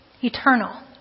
Eternal